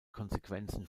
konsequenzen